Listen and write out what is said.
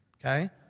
Okay